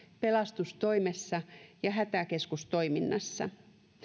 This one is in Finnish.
pelastustoimessa ja hätäkeskustoiminnassa